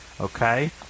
Okay